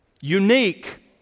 unique